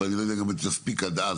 אני לא יודע אם היא תספיק עד אז,